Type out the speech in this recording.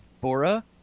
Bora